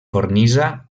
cornisa